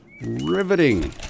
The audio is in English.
riveting